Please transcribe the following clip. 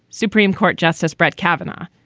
supreme court justice brett kavanaugh.